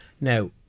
Now